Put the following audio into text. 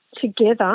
together